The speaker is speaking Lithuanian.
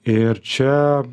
ir čia